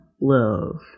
Love